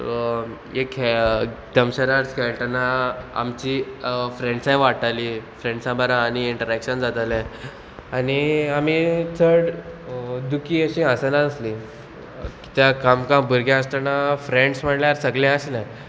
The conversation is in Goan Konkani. खेळ दमशरार्स खेळटना आमची फ्रेंड्सांय वाडटाली फ्रेंड्सां बरें आनी इंटरेक्शन जातालें आनी आमी चड दुखी अशीं आसना आसली कित्याक काम काम भुरगें आसतना फ्रेंड्स म्हणल्यार सगलें आसलें